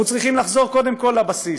אנחנו צריכים לחזור קודם כול לבסיס.